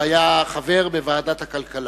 והיה חבר בוועדת הכלכלה.